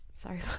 Sorry